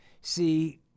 See